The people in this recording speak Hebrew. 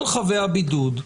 כל חבי הבידוד,